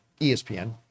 ESPN